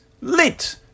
lit